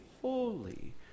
holy